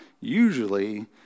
Usually